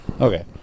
Okay